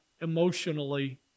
emotionally